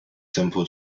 simple